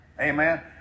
Amen